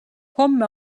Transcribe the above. homme